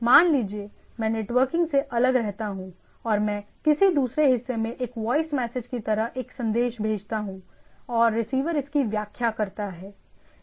मान लीजिए मैं नेटवर्किंग से अलग रहता हूं और मैं किसी दूसरे हिस्से में एक वॉइस मैसेज की तरह एक संदेश भेजता हूं और रिसीवर इसकी व्याख्या करता है